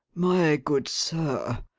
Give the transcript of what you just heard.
my good sir,